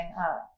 up